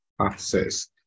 Access